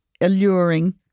alluring